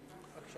שמאל,